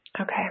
Okay